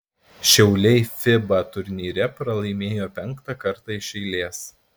šiauliai fiba turnyre pralaimėjo penktą kartą iš eilės